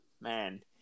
man